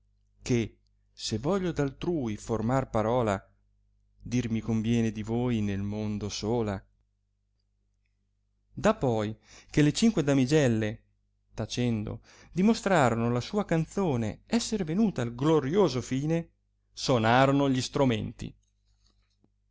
che se voglio d'altrui formar parola dirmi convien di voi nel mondo sola da poi che le cinque damigelle tacendo dimostrarono la sua canzone esser venuta al glorioso fine sonorono gli stromenti